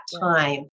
time